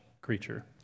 creature